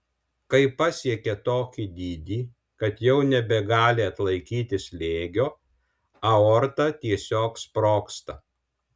kai pasiekia tokį dydį kad jau nebegali atlaikyti slėgio aorta tiesiog sprogsta